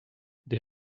des